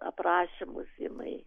aprašymus jinai